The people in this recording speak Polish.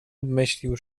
obmyślił